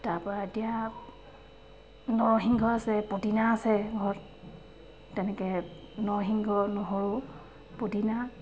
তাৰপৰা এতিয়া নৰিসিংহ আছে পদিনা আছে ঘৰত তেনেকৈ নৰসিংহ নহৰু পদিনা